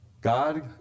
God